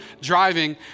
driving